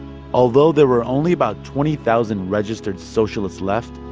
although there were only about twenty thousand registered socialists left,